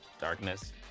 Darkness